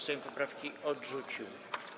Sejm poprawki odrzucił.